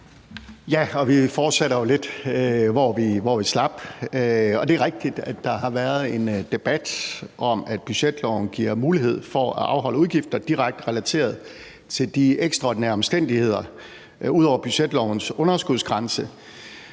Wammen): Vi fortsætter jo lidt, hvor vi slap. Og det er rigtigt, at der har været en debat om, at budgetloven giver mulighed for at afholde udgifter direkte relateret til de ekstraordinære omstændigheder ud over budgetlovens underskudsgrænse.